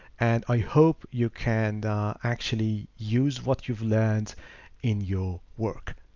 and i hope you can actually use what you've learned in your work.